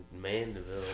Mandeville